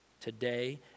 Today